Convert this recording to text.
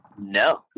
No